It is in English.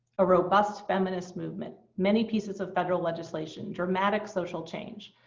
a robust feminist movement, many pieces of federal legislation, dramatic social change.